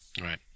Right